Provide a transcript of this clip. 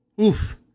Oof